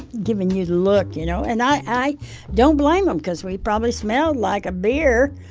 giving you the look, you know? and i don't blame them because we probably smelled like a beer